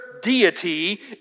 deity